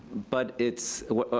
but it's what,